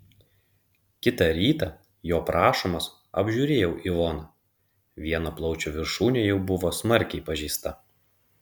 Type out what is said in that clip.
kitą rytą jo prašomas apžiūrėjau ivoną vieno plaučio viršūnė jau buvo smarkiai pažeista